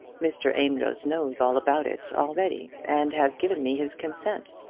mr. amedroz knows all about it already, and has given me his consent.